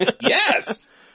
Yes